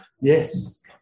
Yes